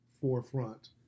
forefront